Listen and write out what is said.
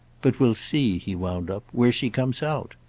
but we'll see, he wound up, where she comes out.